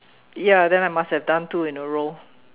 ya then I must have done two in a row